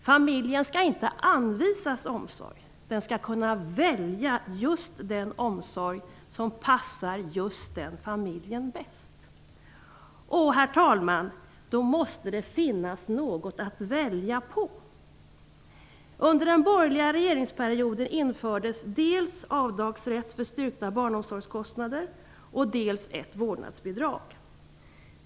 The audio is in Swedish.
Familjen skall inte anvisas omsorg, utan den skall kunna välja just den omsorg som passar just den familjen bäst. Då måste det finnas något att välja på. Under den borgerliga regeringsperioden infördes dels avdragsrätt för styrkta barnomsorgskostnader, dels ett vårdnadsbidrag.